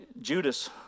Judas